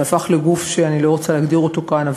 שהפך לגוף שאני לא רוצה להגדיר אותו כאן,